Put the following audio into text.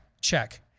Check